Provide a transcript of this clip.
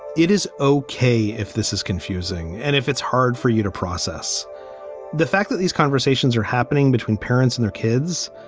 it is okay if this is confusing and if it's hard for you to process the fact that these conversations are happening between parents and their kids,